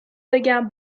بگم